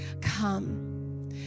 come